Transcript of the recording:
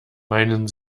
meinen